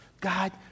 God